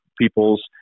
people's